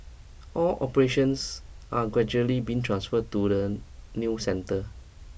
all operations are gradually being transferred to the new centre